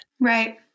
Right